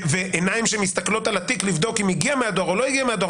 ועיניים שמסתכלות על התיק לבדוק אם הגיע מהדואר או לא הגיע מהדואר,